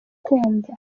kumva